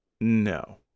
No